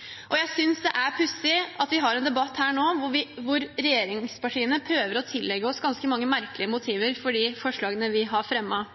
landet. Jeg synes det er pussig at vi har en debatt her nå hvor regjeringspartiene prøver å tillegge oss ganske mange merkelige motiver for de forslagene vi har fremmet.